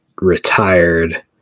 retired